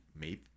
made